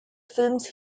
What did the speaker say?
films